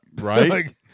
Right